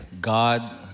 God